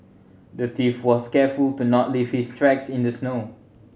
the thief was careful to not leave his tracks in the snow